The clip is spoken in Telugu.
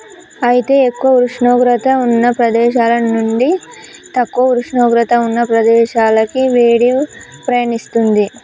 అయితే ఎక్కువ ఉష్ణోగ్రత ఉన్న ప్రదేశాల నుండి తక్కువ ఉష్ణోగ్రత ఉన్న ప్రదేశాలకి వేడి పయనిస్తుంది